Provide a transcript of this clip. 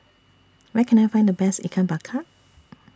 Where Can I Find The Best Ikan Bakar